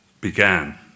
began